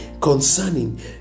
concerning